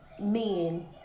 men